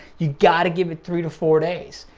you gotta give it three to four days.